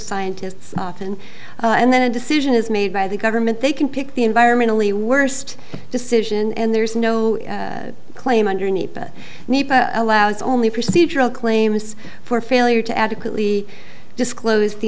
scientists often and then a decision is made by the government they can pick the environmentally worst decision and there's no claim underneath it allows only procedural claims for failure to adequately disclose the